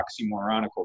oxymoronical